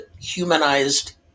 humanized